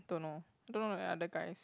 don't know don't know leh other guys